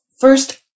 First